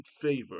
favor